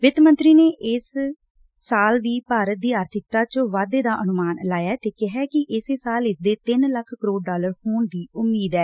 ਵਿੱਤ ਮੰਤਰੀ ਨੇ ਇਸ ਸਾਲ ਵੀ ਭਾਰਤ ਦੀ ਆਰਬਿਕਤਾ ਚ ਵਾਧੇ ਦਾ ਅਨੁਮਾਨ ਲਾਇਐ ਤੇ ਕਿਹੈ ਕਿ ਇਸੇ ਸਾਲ ਇਸ ਦੇ ਤਿੰਨ ਲੱਖ ਕਰੋੜ ਡਾਲਰ ਹੋਣ ਦੀ ਉਮੀਦ ਐ